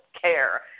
care